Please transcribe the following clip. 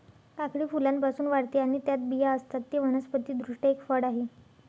काकडी फुलांपासून वाढते आणि त्यात बिया असतात, ते वनस्पति दृष्ट्या एक फळ आहे